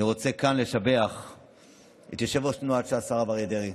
אני רוצה לשבח כאן את יושב-ראש תנועת ש"ס הרב אריה דרעי,